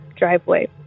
Driveway